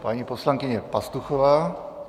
Paní poslankyně Pastuchová.